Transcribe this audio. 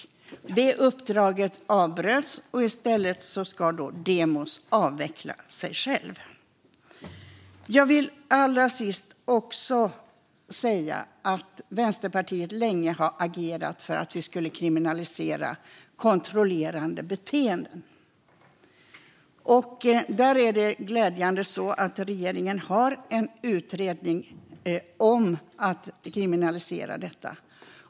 Det uppdraget avbröts, och i stället ska Delmos avveckla sig själv. Jag vill allra sist säga att Vänsterpartiet länge har agerat för att vi ska kriminalisera kontrollerande beteende. Det är glädjande att regeringen har en utredning om att kriminalisera detta.